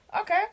Okay